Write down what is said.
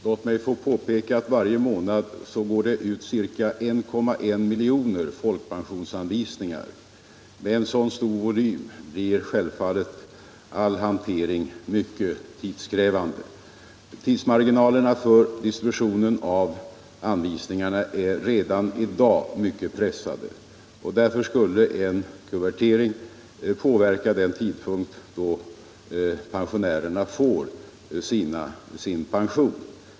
Herr talman! Herr Jonasson säger att detta är en enkel sak. Låt mig påpeka att varje månad går 1,1 miljoner folkpensionsanvisningar ut. Med en så stor volym blir självfallet all hantering mycket tidskrävande. Tidsmarginalerna för distributionen av anvisningarna är redan i dag mycket pressade. Därför skulle en kuvertering påverka den tidpunkt då pensionärerna får sin pension.